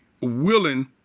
willing